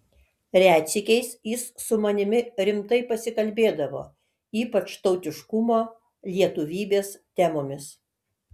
retsykiais jis su manimi rimtai pasikalbėdavo ypač tautiškumo lietuvybės temomis